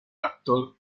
actor